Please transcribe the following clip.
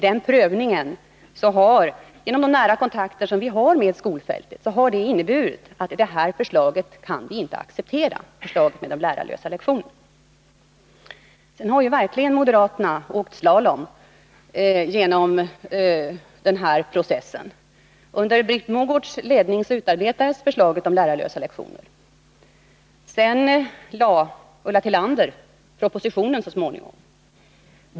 De nära kontakter som vi har med skolfältet har lett till att vi vid denna prövning har kommit fram till att vi inte kan acceptera förslaget om lärarlösa lektioner. Moderaterna har verkligen åkt slalom genom denna process. Under Britt Mogårds ledning utarbetades förslaget om lärarlösa lektioner. Så småningom lade Ulla Tillander fram propositionen.